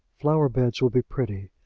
flower-beds will be pretty,